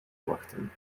wachten